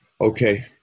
Okay